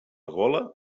gola